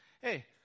Hey